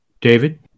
David